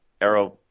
arrow